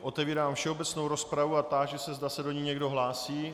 Otevírám všeobecnou rozpravu a táži se, zda se do ní někdo hlásí.